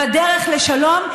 בדרך לשלום,